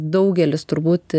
daugelis turbūt